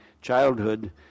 childhood